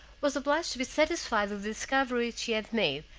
was obliged to be satisfied with the discovery she had made,